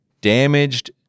damaged